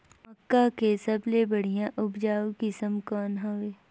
मक्का के सबले बढ़िया उपजाऊ किसम कौन हवय?